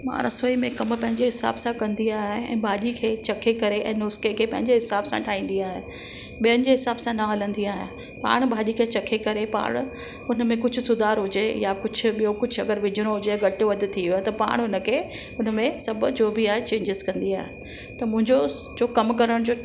मां रसोईअ में कमु पंहिंजे हिसाबु सां कंदी आहियां ऐं भाॼी खे चखे करे ऐं नुस्ख़े खे पंहिंजे हिसाबु सां ठाहींदी आहियां ॿियनि जे हिसाबु सां न हलंदी आहियां पाण भाॼी खे चखे करे पाण हुन में कुझु सुधार हुजे या कुझु ॿियो कुझु अगरि विझिणो हुजे घटि वधि थी वियो आहे त पाण हुनखे हुन में सभु जो बि आहे चेंज़ीस कंदी आहियां त मुंहिंजो जो कमु करणु जो